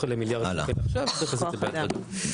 עליהן מיליארד שקל וצריך לעשות זאת בהדרגה.